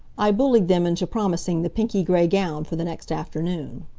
i bullied them into promising the pinky-gray gown for the next afternoon.